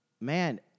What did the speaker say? man